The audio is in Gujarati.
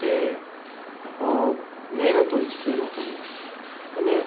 જે મહેનત હોય છે તે લોકોની અને